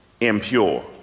impure